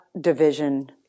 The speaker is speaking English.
division